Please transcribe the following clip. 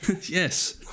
Yes